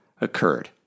occurred